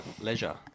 leisure